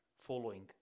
following